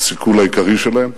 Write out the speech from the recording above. הסיכול העיקרי שלהם.